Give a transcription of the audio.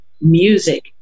music